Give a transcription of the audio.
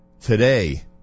today